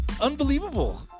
unbelievable